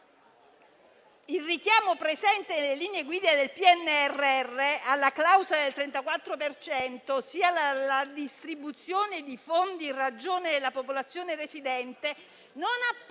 il richiamo presente nelle linee guida del PNRR alla clausola del 34 per cento, ossia alla distribuzione dei fondi in ragione della popolazione residente, non appare